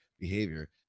behavior